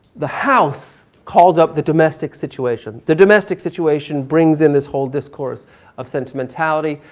the house calls up the domestic situation, the domestic situation brings in this whole discourse of sentimentality,